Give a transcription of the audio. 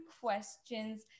questions